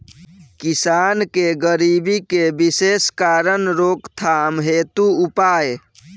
किसान के गरीबी के विशेष कारण रोकथाम हेतु उपाय?